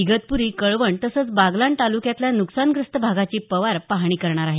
इगतप्री कळवण तसंच बागलाण तालुक्यातल्या नुकसानग्रस्त भागाची पवार पाहणी करणार आहेत